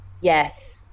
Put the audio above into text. Yes